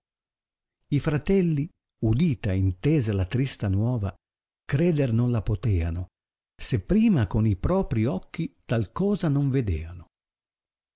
i fratelli udita e intesa la trista nuova creder non la poteano se prima con i propri occhi tal cosa non vedeano